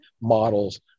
models